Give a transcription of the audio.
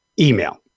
email